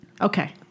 Okay